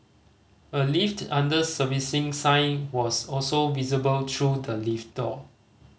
a lift under servicing sign was also visible through the lift door